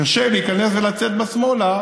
קשה להיכנס ולצאת בשמאל,